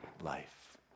life